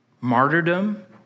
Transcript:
martyrdom